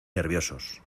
nerviosos